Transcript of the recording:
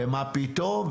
ומה פתאום,